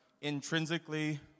intrinsically